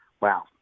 wow